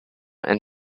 and